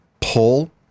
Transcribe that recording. pull